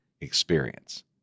experience